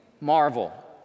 marvel